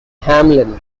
hamelin